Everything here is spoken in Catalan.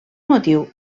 motiu